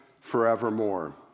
forevermore